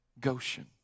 Goshen